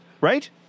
Right